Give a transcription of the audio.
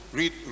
read